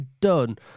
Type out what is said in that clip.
done